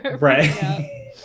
Right